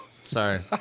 Sorry